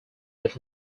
but